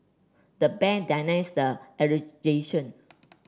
the bank denies the